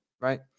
right